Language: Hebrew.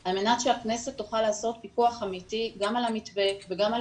על מנת שהכנסת תוכל לעשות פיקוח אמיתי גם על המתווה וגם על